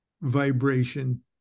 vibration